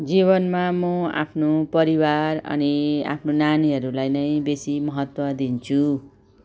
जीवनमा म आफ्नो परिवार अनि आफ्नो नानीहरूलाई नै बेसी महत्त्व दिन्छु